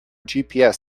gps